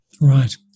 Right